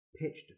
pitched